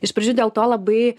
iš pradžių dėl to labai